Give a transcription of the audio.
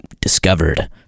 discovered